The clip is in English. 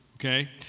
Okay